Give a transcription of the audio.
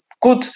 good